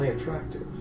attractive